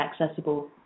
accessible